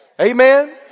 Amen